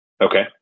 Okay